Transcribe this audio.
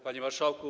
Panie Marszałku!